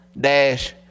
dash